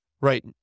Right